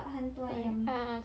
a'ah